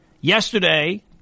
Yesterday